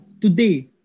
Today